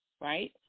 right